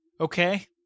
Okay